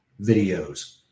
videos